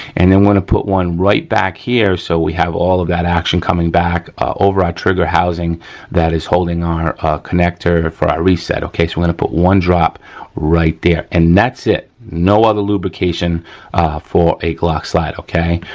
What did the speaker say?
and i'm gonna put one right back here so we have all of that action coming back over our trigger housing that is holding our connector for our reset, okay, so we're gonna put one drop right there and that's it. no other lubrication for a glock slide, okay.